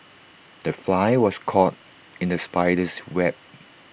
the fly was caught in the spider's web